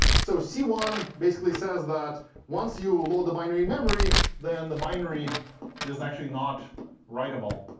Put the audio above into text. so c one basically says that once you load the binary memory, then the binary is actually not writable